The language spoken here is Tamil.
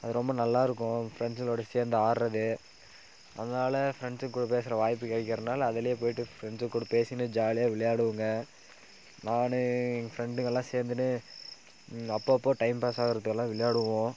அது ரொம்ப நல்லாயிருக்கும் ஃப்ரெண்ட்ஸுங்களோட சேர்ந்து ஆட்றதே அதனால் ஃப்ரெண்ட்ஸுங்கூட போய் பேசுகிற வாய்ப்பு கிடைக்கறனால அதுல போயிவிட்டு ஃப்ரெண்ட்ஸு கூட பேசின்னு ஜாலியாக விளையாடுவோங்க நான் எங்கள் ஃப்ரெண்டுங்கள்லாம் சேர்ந்துன்னு அப்போ அப்போ டைம்பாஸ் ஆவறதுக்கெல்லாம் விளையாடுவோம்